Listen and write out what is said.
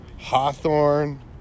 Hawthorne